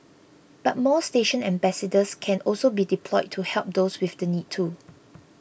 but more station ambassadors can also be deployed to help those with the need too